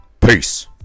Peace